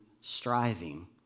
striving